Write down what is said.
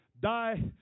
die